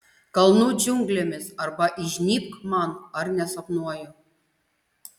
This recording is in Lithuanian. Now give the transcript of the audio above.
kalnų džiunglėmis arba įžnybk man ar nesapnuoju